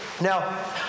Now